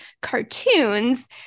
cartoons